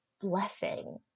blessing